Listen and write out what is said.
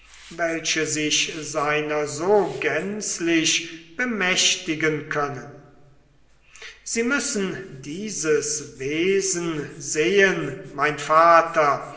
welche sich seiner so gänzlich bemächtigen können sie müssen dieses wesen sehen mein vater